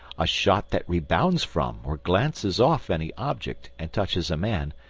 a shot that rebounds from or glances off any object and touches a man,